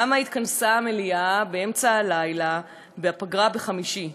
למה התכנסה המליאה באמצע הלילה בפגרה בחמישי?